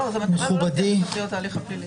לא, המטרה היא לא להבטיח את תכליות ההליך הפלילי.